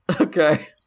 Okay